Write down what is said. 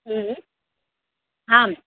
आम्